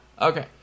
Okay